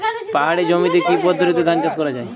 পাহাড়ী জমিতে কি পদ্ধতিতে ধান চাষ করা যায়?